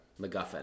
MacGuffin